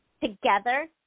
together